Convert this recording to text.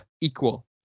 equal